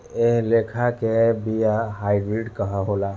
एह लेखा के बिया हाईब्रिड होला